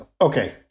Okay